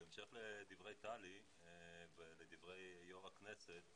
בהמשך לדברי טלי ולדברי יו"ר הכנסת,